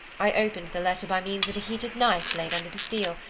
i opened the letter by means of a heated knife blade under the seal,